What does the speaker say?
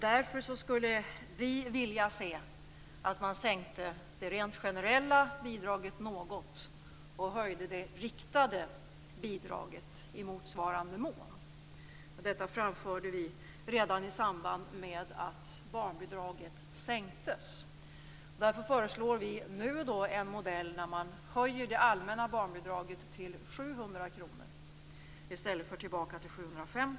Därför skulle vi kristdemokrater vilja se att man sänkte det rent generella bidraget något och höjde det riktade bidraget i motsvarande mån. Detta framförde vi redan i samband med att barnbidraget sänktes. Därför föreslår vi nu en modell där man höjer det allmänna barnbidraget till 700 kr i stället för att gå tillbaka till 750 kr.